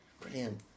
Brilliant